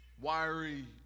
wiry